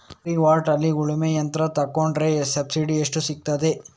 Agri ಮಾರ್ಟ್ನಲ್ಲಿ ಉಳ್ಮೆ ಯಂತ್ರ ತೆಕೊಂಡ್ರೆ ಸಬ್ಸಿಡಿ ಎಷ್ಟು ಸಿಕ್ತಾದೆ?